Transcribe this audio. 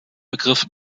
begriff